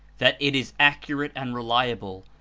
that it is accurate and reliable,